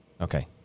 Okay